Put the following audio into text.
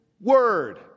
Word